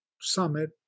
summit